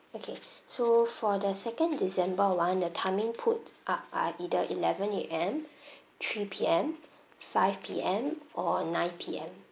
okay so for the second december [one] the timing put up are either eleven A_M three P_M five P_M or nine P_M